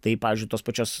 tai pavyzdžiui tos pačios